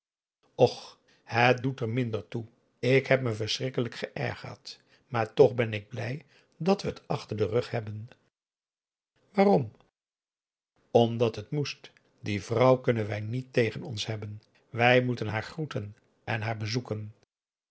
och het doet er minder toe ik heb me verschrikkelijk geërgerd maar toch ben ik blij dat we het achter den rug hebben waarom omdat het moest die vrouw kunnen wij niet tegen ons hebben wij moeten haar groeten en haar bezoeken